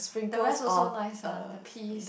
the rest also nice lah the pea